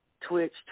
Twitch